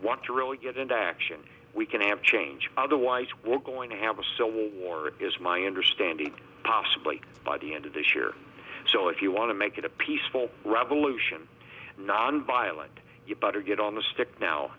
want to really get into action we can and change otherwise we're going to have a civil war is my understanding possibly by the end of this year so if you want to make it a peaceful revolution nonviolent you better get on the stick now